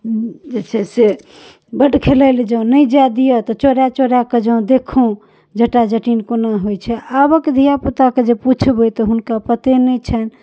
जे छै से बड्ड खेलाइ लए जाउ नहि जाय दिअ तऽ चोरा चोरा कऽ जाउ देक्खौं जटा जटिन कोना होइ छै आबक धिआपुताके जे पुछ्बै तऽ हुनका पते नहि छनि